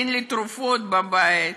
אין לי תרופות בבית,